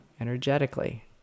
energetically